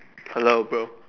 hello bro